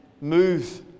move